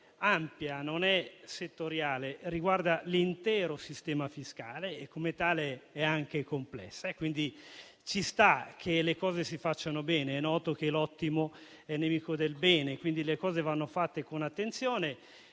ampia e non settoriale, riguarda l'intero sistema fiscale e come tale è anche complessa, pertanto è giusto che le cose si facciano bene. È noto che l'ottimo è nemico del bene, quindi le cose vanno fatte con attenzione.